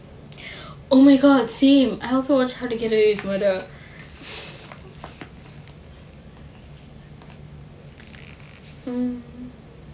oh my god same I also watch how to get away with murder mm